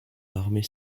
l’armée